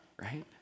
right